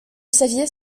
saviez